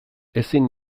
ezin